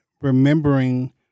remembering